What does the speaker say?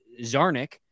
zarnick